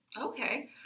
Okay